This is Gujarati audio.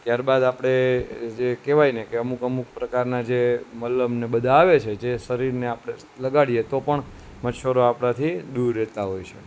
ત્યારબાદ આપણે જે કહેવાયને અમુક અમુક પ્રકારના જે મલમને બધા આવે છે જે શરીરને આપણે લગાડીએ તો પણ મચ્છરો આપણાથી દૂર રહેતા હોય છે